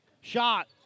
shot